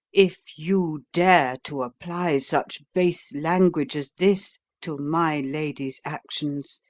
if you dare to apply such base language as this to my lady's actions,